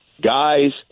guys